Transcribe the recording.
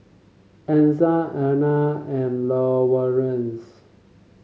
Ezzard Ana and Lawerence